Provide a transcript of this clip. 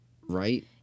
Right